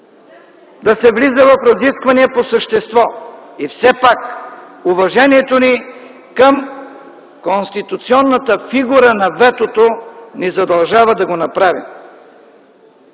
да се влиза в разисквания по същество. И все пак, уважението ни към конституционната фигура на ветото ни задължава да го направим.